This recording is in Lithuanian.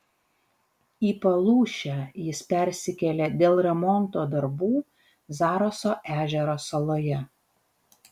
į palūšę jis persikėlė dėl remonto darbų zaraso ežero saloje